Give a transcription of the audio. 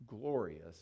glorious